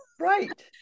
Right